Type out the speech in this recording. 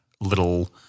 little